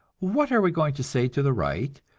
what are we going to say to the right,